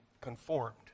conformed